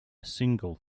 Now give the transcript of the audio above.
single